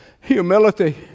humility